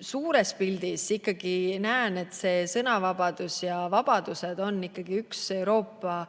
suures pildis ikkagi näen, et sõnavabadus ja muud vabadused on üks Euroopa